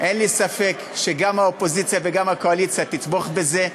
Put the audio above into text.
אין לי ספק שגם האופוזיציה וגם הקואליציה יתמכו בזה.